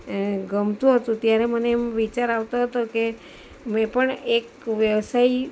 ગમતું હતું ત્યારે મને એમ વિચાર આવતો હતો કે મેં પણ એક વ્યવસાયી